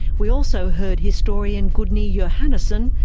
we also heard historian gudni johannesson,